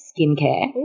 Skincare